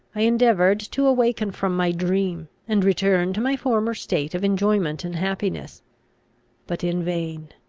i endeavoured to awaken from my dream, and return to my former state of enjoyment and happiness but in vain.